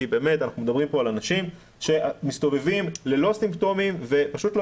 אנחנו מדברים פה על אנשים שמסתובבים ללא סימפטומים ופשוט לא